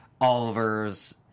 Oliver's